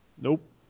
Nope